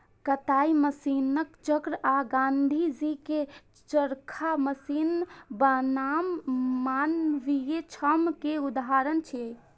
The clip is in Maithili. कताइ मशीनक चक्र आ गांधीजी के चरखा मशीन बनाम मानवीय श्रम के उदाहरण छियै